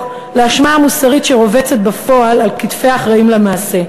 לאשמה המוסרית שרובצת בפועל על כתפי האחראים למעשה.